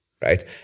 right